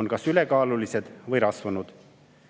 on kas ülekaalulised või rasvunud.